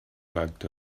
like